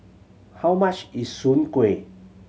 how much is Soon Kueh